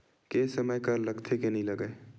के समय कर लगथे के नइ लगय?